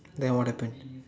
then what happen